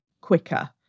quicker